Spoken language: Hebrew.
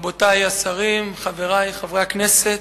תודה רבה, רבותי השרים, חברי חברי הכנסת,